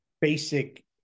basic